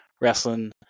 wrestling